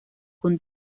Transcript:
con